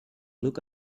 look